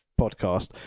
podcast